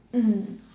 mm